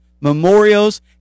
memorials